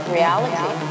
reality